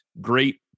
great